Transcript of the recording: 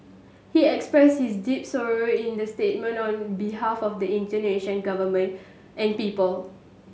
he expressed his deep sorrow in the statement on behalf of the Indonesian Government and people